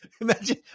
imagine